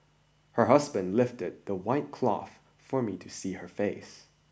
her husband lifted the white cloth for me to see her face